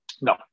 No